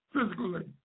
physically